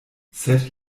sed